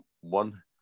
one